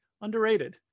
Underrated